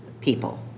people